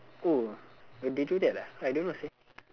oh uh they do that ah I don't know sia